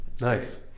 Nice